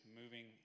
moving